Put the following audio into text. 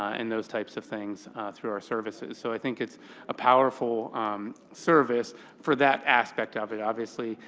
and those types of things through our services. so i think it's a powerful service for that aspect of it. obviously,